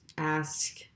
ask